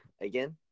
again